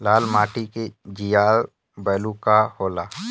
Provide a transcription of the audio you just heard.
लाल माटी के जीआर बैलू का होला?